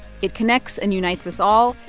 it connects and unites us all.